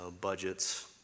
budgets